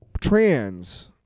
trans